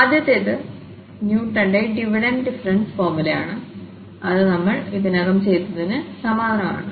ആദ്യത്തേത് ന്യൂട്ടന്റെ divided difference ഫോർമുലയാണ് അത് നമ്മൾ ഇതിനകം ചെയ്തതിന് സമാനമാണ്